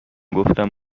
گفتم